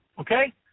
Okay